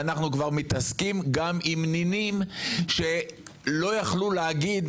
ואנחנו כבר מתעסקים גם עם נינים שלא יכלו להגיד,